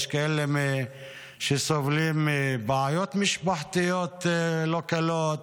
יש כאלה שסובלים מבעיות משפחתיות לא קלות.